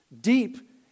Deep